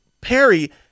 Perry